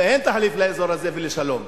ואין תחליף לאזור הזה ולשלום.